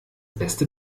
beste